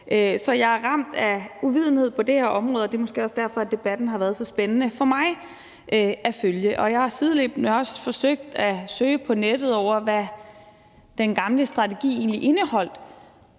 så jeg er ramt af uvidenhed på det her område. Det er måske også derfor, debatten har været så spændende for mig at følge. Jeg har sideløbende også forsøgt at søge på nettet efter, hvad den gamle strategi egentlig indeholdt.